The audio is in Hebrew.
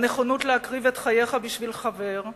הנכונות להקריב את חייך בשביל חבר,